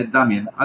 Damien